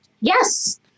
Yes